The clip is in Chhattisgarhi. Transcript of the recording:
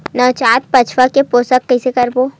नवजात बछड़ा के पोषण कइसे करबो?